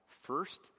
first